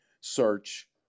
search